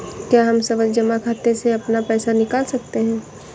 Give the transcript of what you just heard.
क्या हम सावधि जमा खाते से अपना पैसा निकाल सकते हैं?